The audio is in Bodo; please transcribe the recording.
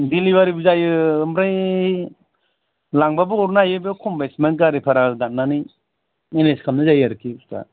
दिलिबारिबो जायो ओमफ्राय लांबाबो हरनो हायो बे खम्बेसमेल गारि भारा दान्नानै मेनेज खालामनाय जायो आरोखि बुस्थुया